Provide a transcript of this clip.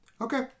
Okay